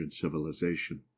civilization